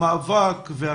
המאבק היה